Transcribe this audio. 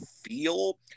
feel